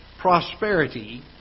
prosperity